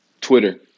Twitter